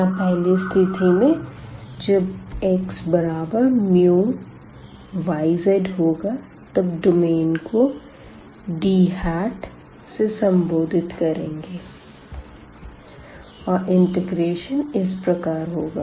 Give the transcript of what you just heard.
यहाँ पहली स्थिति में जब xμyz होगा तब डोमेन को D से संबोधित करेंगे और इंटीग्रेशन इस प्रकार होगा